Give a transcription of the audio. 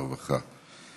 הרווחה והבריאות.